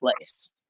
place